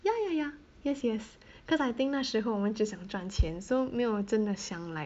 ya ya ya yes yes because I think 那时候我们只想赚钱 so 没有真的想 like